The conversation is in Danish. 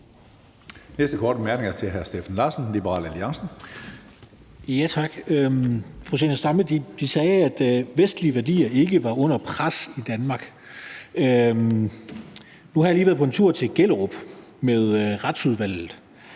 Næste korte bemærkning er til hr. Steffen Larsen, Liberal Alliance. Kl. 17:32 Steffen Larsen (LA): Tak. Fru Zenia Stampe sagde, at vestlige værdier ikke var under pres i Danmark. Nu har jeg lige været på en tur til Gellerup med Retsudvalget,